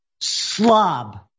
Slob